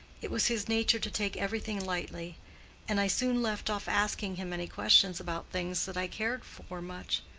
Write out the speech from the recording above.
it was his nature to take everything lightly and i soon left off asking him any questions about things that i cared for much,